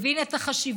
הבין את החשיבות,